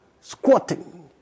squatting